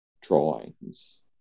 drawings